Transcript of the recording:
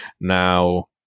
Now